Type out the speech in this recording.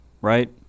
right